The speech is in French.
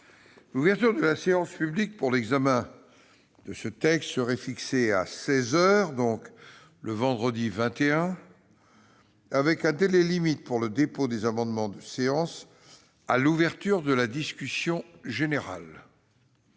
L'ouverture de la séance publique pour l'examen de ce texte serait fixée à seize heures. Le délai limite pour le dépôt des amendements de séance serait fixé à l'ouverture de la discussion générale.